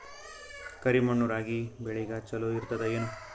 ಕರಿ ಮಣ್ಣು ರಾಗಿ ಬೇಳಿಗ ಚಲೋ ಇರ್ತದ ಏನು?